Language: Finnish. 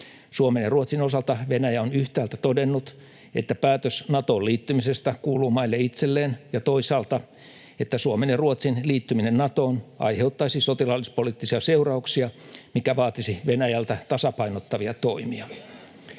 Suomen ja Ruotsin osalta Venäjä on yhtäältä todennut, että päätös Natoon liittymisestä kuuluu maille itselleen, ja toisaalta, että Suomen ja Ruotsin liittyminen Natoon aiheuttaisi sotilaallispoliittisia seurauksia, mikä vaatisi Venäjältä tasapainottavia toimia.